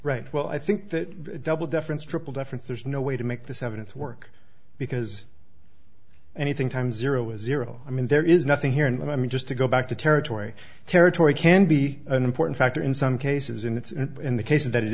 right well i think that double deference triple deference there's no way to make this evidence work because anything times zero is zero i mean there is nothing here and i mean just to go back to territory territory can be an important factor in some cases and